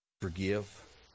forgive